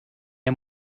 der